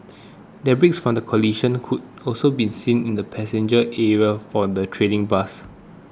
debris from the collision could also be seen in the passenger area for the trading bus